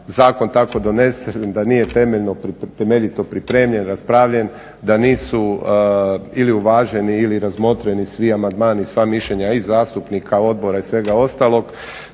zakon tako donose da nije temeljito pripremljen, raspravljen, da nisu ili uvaženi ili razmotreni svi amandmani, sva mišljenja i zastupnika i odbora i svega ostalog